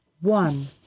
one